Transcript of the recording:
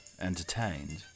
entertained